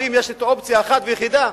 ולערבים יש אופציה אחת ויחידה: